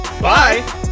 bye